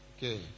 Okay